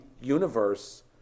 universe